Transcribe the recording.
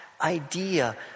idea